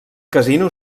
casino